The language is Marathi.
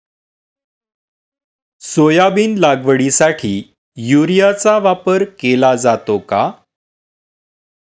सोयाबीन लागवडीसाठी युरियाचा वापर केला जातो का?